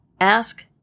ask